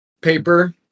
paper